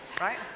right